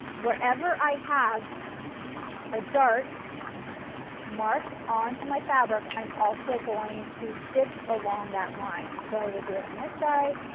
wherever i have a dart marked onto my fabric, i'm also going to stitch along that line. so i would do it on this side,